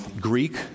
Greek